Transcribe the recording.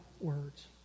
words